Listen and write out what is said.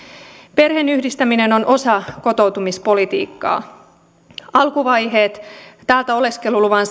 perheenyhdistäminen on osa kotoutumispolitiikkaa alkuvaiheet täältä oleskeluluvan